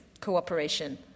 cooperation